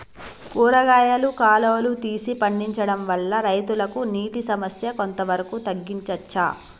కూరగాయలు కాలువలు తీసి పండించడం వల్ల రైతులకు నీటి సమస్య కొంత వరకు తగ్గించచ్చా?